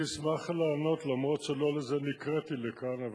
אני אשמח לענות, אף שלא לזה נקראתי לכאן.